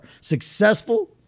successful